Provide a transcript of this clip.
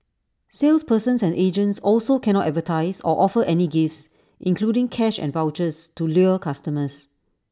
salespersons and agents also cannot advertise or offer any gifts including cash and vouchers to lure customers